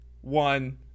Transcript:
one